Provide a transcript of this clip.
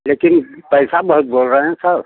लेकिन पैसा बहोत बोल रहे हैं सर